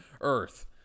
earth